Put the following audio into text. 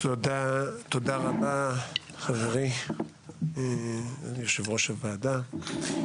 תודה רבה חברי, יושב-ראש הוועדה.